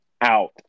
out